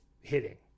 hitting